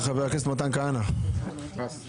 חבר הכנסת מתן כהנא, מוותר.